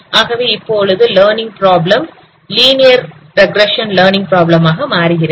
ஆகவே இப்போது learning problem linear regression learning problem ஆக மாறுகிறது